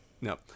No